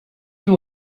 den